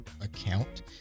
account